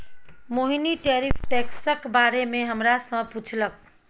मोहिनी tariff टैक्सक बारे मे हमरा सँ पुछलक